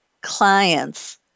clients